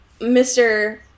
Mr